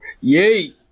Yay